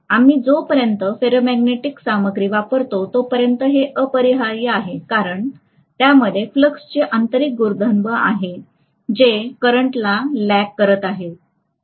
आम्ही जोपर्यंत फेरोमॅग्नेटिक सामग्री वापरतो तोपर्यंत हे अपरिहार्य आहे कारण त्यामध्ये फ्लक्सची आंतरिक गुणधर्म आहे जे करंटला लॅग करत आहे